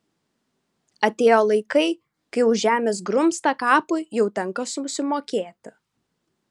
atėjo laikai kai už žemės grumstą kapui jau tenka susimokėti